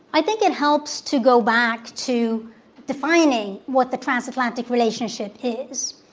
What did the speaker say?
i think it helps to go back to defining what the transatlantic relationship is.